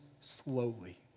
slowly